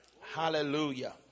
Hallelujah